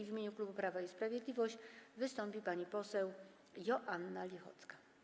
W imieniu klubu Prawo i Sprawiedliwość wystąpi pani poseł Joanna Lichocka.